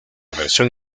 versión